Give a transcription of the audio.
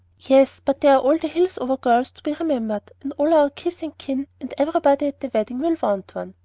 yes but there are all the hillsover girls to be remembered, and all our kith and kin, and everybody at the wedding will want one.